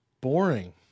boring